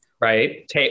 Right